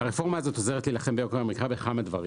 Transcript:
הרפורמה הזאת עוזרת להילחם ביוקר המחיה בכמה דברים.